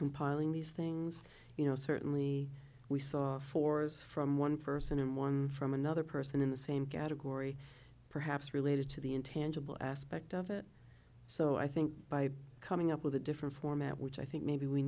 compiling these things you know certainly we saw fours from one person and one from another person in the same category perhaps related to the intangible aspect of it so i think by coming up with a different format which i think maybe we